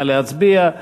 נא להצביע.